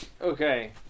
Okay